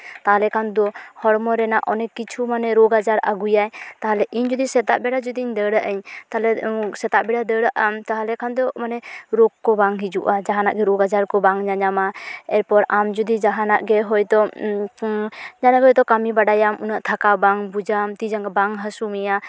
ᱛᱟᱞᱦᱮ ᱠᱷᱟᱱ ᱫᱚ ᱦᱚᱲᱢᱚ ᱨᱮᱱᱟᱜ ᱚᱱᱮᱠ ᱠᱤᱪᱷᱩ ᱢᱟᱱᱮ ᱨᱳᱜᱽ ᱟᱡᱟᱨ ᱟᱹᱜᱩᱭᱟᱭ ᱛᱟᱞᱦᱮ ᱤᱧ ᱡᱩᱫᱤ ᱥᱮᱛᱟᱜ ᱵᱮᱲᱟ ᱡᱩᱫᱤᱧ ᱫᱟᱹᱲᱟᱜᱼᱤᱧ ᱛᱟᱞᱦᱮ ᱥᱮᱛᱟᱜ ᱵᱮᱲᱟ ᱫᱟᱹᱲᱟᱜᱼᱟᱢ ᱛᱟᱦᱞᱮ ᱠᱷᱟᱱ ᱫᱚ ᱢᱟᱱᱮ ᱨᱳᱜᱽ ᱠᱚ ᱵᱟᱝ ᱦᱤᱡᱩᱜᱼᱟ ᱡᱟᱦᱟᱱᱟᱜ ᱜᱮ ᱨᱳᱜᱽ ᱟᱡᱟᱨ ᱠᱚ ᱵᱟᱝ ᱧᱟᱧᱟᱢᱟ ᱮᱨᱯᱚᱨ ᱟᱢ ᱡᱩᱫᱤ ᱡᱟᱦᱟᱱᱟᱜ ᱜᱮ ᱦᱳᱭᱛᱳ ᱡᱟᱦᱟᱱᱟᱜ ᱜᱮ ᱦᱳᱭᱛᱳ ᱠᱟᱹᱢᱤ ᱵᱟᱰᱟᱭᱟᱢ ᱩᱱᱟᱹᱜ ᱛᱷᱟᱠᱟᱣ ᱵᱟᱝ ᱵᱩᱡᱟᱢ ᱛᱤᱼᱡᱟᱸᱜᱟ ᱵᱟᱝ ᱦᱟᱹᱥᱩ ᱢᱮᱭᱟ